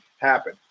happen